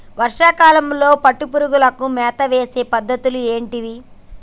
వర్షా కాలంలో పట్టు పురుగులకు మేత వేసే పద్ధతులు ఏంటివి?